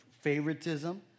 favoritism